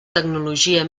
tecnologia